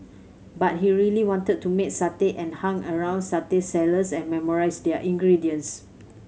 but he really wanted to make satay and hung around satay sellers and memorized their ingredients